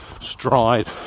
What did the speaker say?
stride